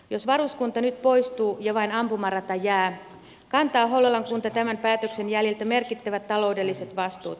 jos varuskunta nyt poistuu ja vain ampumarata jää kantaa hollolan kunta tämän päätöksen jäljiltä merkittävät taloudelliset vastuut